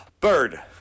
Bird